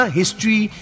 history